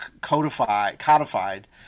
codified